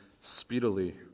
speedily